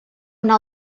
una